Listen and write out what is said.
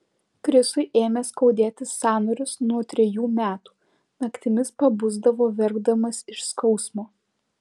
krisui ėmė skaudėti sąnarius nuo trejų metų naktimis pabusdavo verkdamas iš skausmo